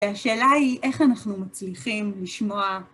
והשאלה היא איך אנחנו מצליחים לשמוע